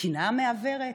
קנאה מעוורת,